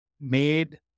made